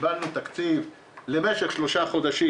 קיבלנו תקציב למשך שלושה חודשים,